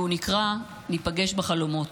והוא נקרא "ניפגש בחלומות".